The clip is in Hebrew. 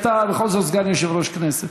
הוא מריח בחירות.